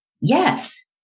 Yes